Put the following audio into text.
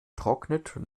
trocknet